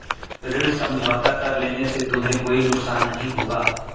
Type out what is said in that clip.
ऋण समझौता कर लेने से तुम्हें कोई नुकसान नहीं होगा